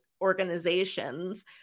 organizations